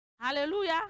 Hallelujah